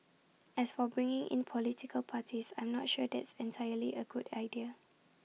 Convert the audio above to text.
as for bringing in political parties I'm not sure that's entirely A good idea